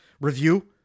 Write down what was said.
review